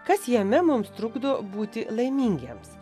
kas jame mums trukdo būti laimingiems